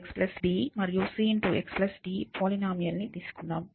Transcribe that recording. axb మరియు cxd polynomial లని తీసుకుందాం